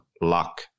luck